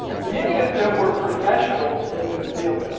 many of them were professionals in the field.